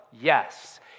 Yes